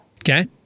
Okay